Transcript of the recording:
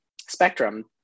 spectrum